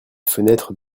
fenêtre